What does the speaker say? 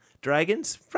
dragons